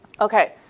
Okay